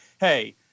hey